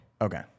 Okay